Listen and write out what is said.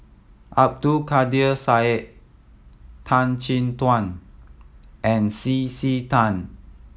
Abdul Kadir Syed Tan Chin Tuan and C C Tan